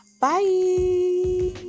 Bye